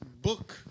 book